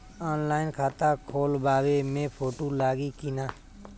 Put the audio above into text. Online खाता खोलबाबे मे फोटो लागि कि ना?